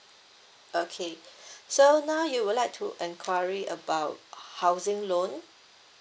okay so now you would like to enquiry about housing loan